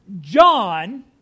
John